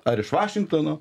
ar iš vašingtono